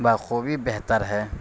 بخوبی بہتر ہے